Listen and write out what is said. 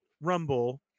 Rumble